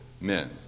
men